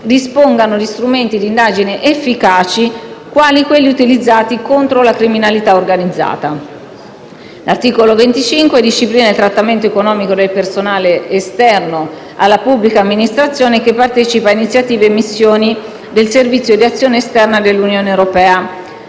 dispongano di strumenti di indagine efficaci, quali quelli utilizzati contro la criminalità organizzata. L'articolo 25 disciplina il trattamento economico del personale esterno alla pubblica amministrazione che partecipa a iniziative e missioni del Servizio europeo di azione esterna.